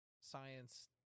science